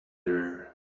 there